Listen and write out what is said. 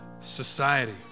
society